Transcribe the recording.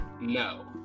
No